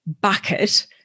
bucket